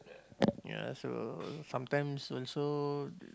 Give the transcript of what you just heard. ya so sometimes also